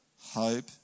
hope